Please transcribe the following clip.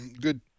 Good